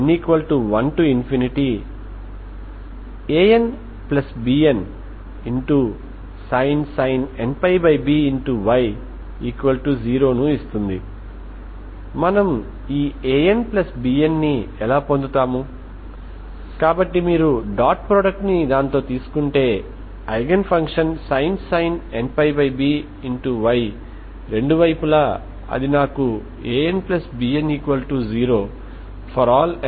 sin nπby 0 ఇస్తుంది మనము ఈ AnBn ని ఎలా పొందుతాము కాబట్టి మీరు డాట్ ప్రాడక్ట్ ని దానితో తీసుకుంటే ఐగెన్ ఫంక్షన్ sin nπby రెండు వైపులా అది నాకు AnBn0 ∀n ఇస్తుంది